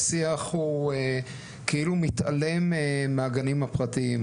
והשיח הוא כאילו מתעלם מהגנים הפרטיים.